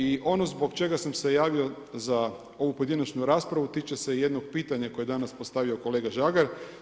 I ono zbog čega sam se javio za ovu pojedinačnu raspravu tiče se jednog pitanja koje je danas postavio kolega Žagar.